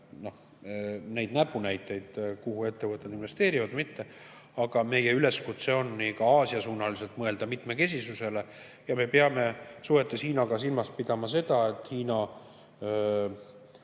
neid näpunäiteid, kuhu ettevõtted investeerivad või mitte, aga meie üleskutse on ka Aasia-suunaliselt mõelda mitmekesisusele. Ja me peame suhetes Hiinaga silmas pidama seda, et Hiina